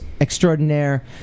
extraordinaire